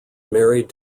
married